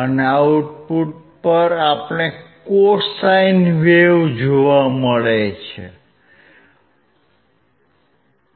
અને આઉટપુટ પર આપણે કોસાઇન વેવ જોવા માટે સક્ષમ છીએ